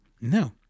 No